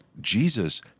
Jesus